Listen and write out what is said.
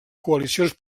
coalicions